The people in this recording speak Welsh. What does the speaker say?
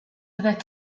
byddet